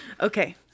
Okay